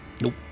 Nope